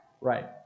Right